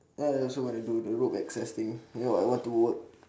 ya then I also want to do the rope access thing you know I want to work